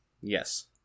Yes